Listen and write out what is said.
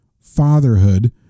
fatherhood